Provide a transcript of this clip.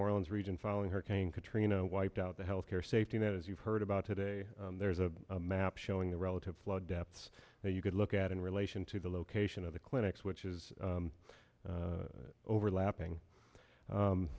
orleans region following hurricane katrina wiped out the health care safety net as you've heard about today there's a map showing the relative flood depths that you could look at in relation to the location of the clinics which is overlapping